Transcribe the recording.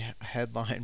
headline